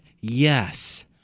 yes